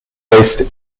waste